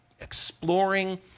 exploring